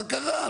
מה קרה?